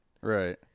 Right